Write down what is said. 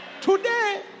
today